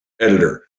editor